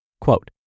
Quote